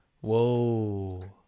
whoa